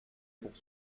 pour